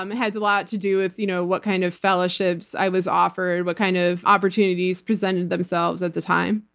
um it had a lot to do with you know what kind of fellowships i was offered, what kind of opportunities presented themselves at the time.